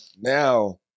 now